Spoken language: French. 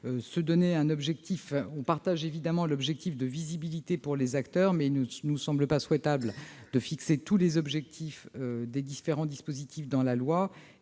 partageons évidemment l'exigence de visibilité pour les acteurs, mais il ne nous semble pas souhaitable de fixer tous les objectifs des différents dispositifs dans la loi.